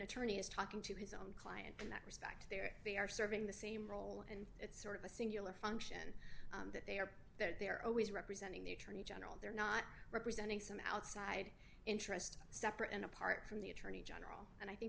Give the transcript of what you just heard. attorney is talking to his own client in that respect there they are serving the same role and it's sort of a singular function that they are that they are always representing the attorney general they're not representing some outside interest separate and apart from the trial and i think